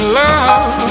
love